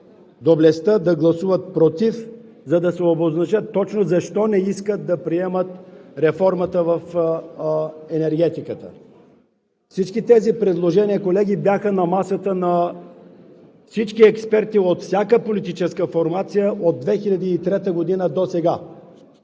доблестта да гласуват „против“, за да се обозначат защо не искат да приемат реформата в енергетиката. Всички предложения, колеги, бяха на масата на всички експерти от всяка политическа формация от 2003 г. досега.